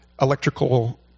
electrical